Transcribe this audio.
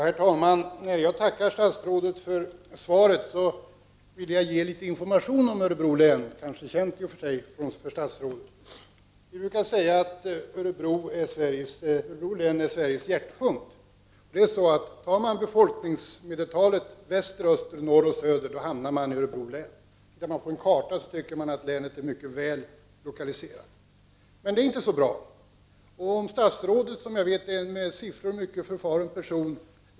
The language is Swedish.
Herr talman! När jag tackar statsrådet för svaret vill jag ge litet information om Örebro län — som i och för sig kanske är känt för statsrådet. Vi brukar säga att Örebro län är Sveriges hjärtpunkt. Tar man befolkningsmedeltalet i väster, öster, norr och söder hamnar man i Örebro län. Tittar man på en karta ser man att länet är mycket väl lokaliserat. Men det är inte så bra. Om statsrådet, som är en med siffror mycket förfaren person.